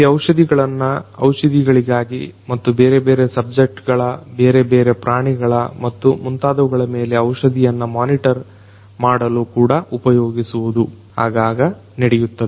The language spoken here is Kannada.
ಈ ಔಷಧಿಗಳನ್ನ ಔಷಧಿಗಳಿಗಾಗಿ ಮತ್ತು ಬೇರೆ ಬೇರೆ ಸಬ್ಜೆಕ್ಟ್ ಗಳ ಬೇರೆ ಬೇರೆ ಪ್ರಾಣಿಗಳು ಮತ್ತು ಮುಂತಾದವುಗಳ ಮೇಲೆ ಔಷಧಿಯನ್ನ ಮೊನಿಟರ್ ಮಾಡಲು ಕೂಡ ಉಪಯೋಗಿಸುವುದು ಆಗಾಗ ನಡೆಯುತ್ತದೆ